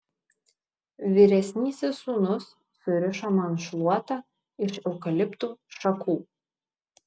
vyresnysis sūnus surišo man šluotą iš eukaliptų šakų